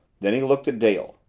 then he looked at dale.